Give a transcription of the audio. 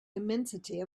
immensity